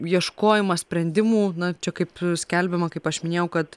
ieškojimas sprendimų na čia kaip skelbiama kaip aš minėjau kad